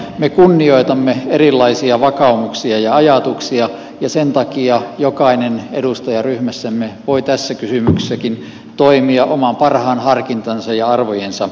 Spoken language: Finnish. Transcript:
me kunnioitamme erilaisia vakaumuksia ja ajatuksia ja sen takia jokainen edustaja ryhmässämme voi tässäkin kysymyksessä toimia oman parhaan harkintansa ja arvojensa mukaisesti